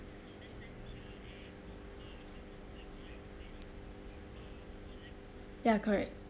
ya correct